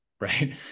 Right